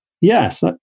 yes